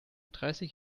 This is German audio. dreißig